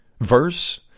verse